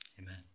Amen